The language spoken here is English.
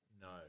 no